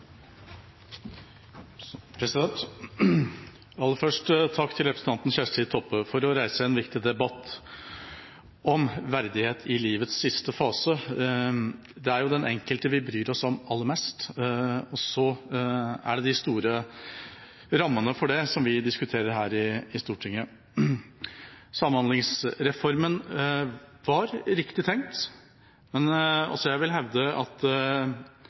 Aller først takk til representanten Kjersti Toppe for å reise en viktig debatt om verdighet i livets siste fase. Det er jo den enkelte vi bryr oss om aller mest, og så er det de store rammene for det som vi diskuterer her i Stortinget. Samhandlingsreformen var riktig tenkt, men også jeg vil hevde at